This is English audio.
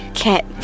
cat